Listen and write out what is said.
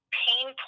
pain